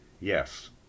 yes